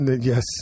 Yes